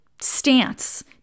stance